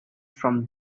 for